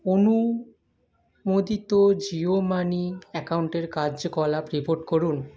অনুমোদিত জিও মানি অ্যাকাউন্টের কার্যকলাপ রিপোর্ট করুন